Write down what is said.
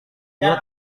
dia